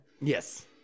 Yes